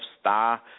star